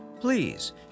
please